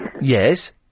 Yes